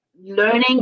Learning